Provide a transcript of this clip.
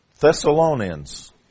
Thessalonians